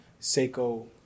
Seiko